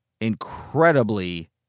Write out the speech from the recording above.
incredibly